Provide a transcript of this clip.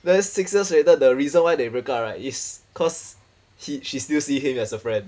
then six years later the reason why they break up right is cause he she still see him as a friend